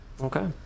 Okay